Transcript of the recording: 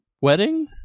wedding